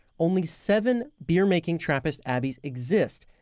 only seven beer-making trappist abbeys exist,